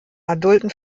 adulten